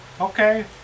Okay